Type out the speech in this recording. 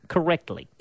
Correctly